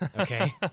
okay